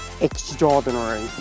extraordinary